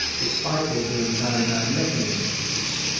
despite there being no known mechanism for this.